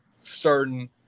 certain